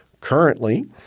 Currently